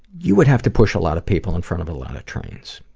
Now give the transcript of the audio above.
you would have to push a lot of people in front of a lot of trains.